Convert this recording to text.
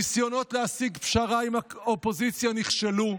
הניסיונות להשיג פשרה עם האופוזיציה נכשלו,